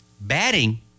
batting